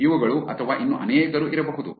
ಇವುಗಳು ಅಥವಾ ಇನ್ನೂ ಅನೇಕರು ಇರಬಹುದು